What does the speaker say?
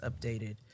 updated